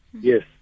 yes